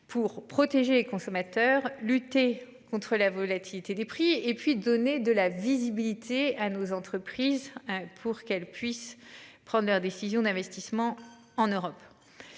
pour protéger les consommateurs, lutter contre la volatilité des prix et puis donner de la visibilité à nos entreprises pour qu'elles puissent prendre leurs décisions d'investissement en Europe.